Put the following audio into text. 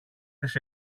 της